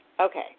okay